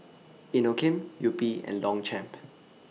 Inokim Yupi and Longchamp